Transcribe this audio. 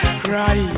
cry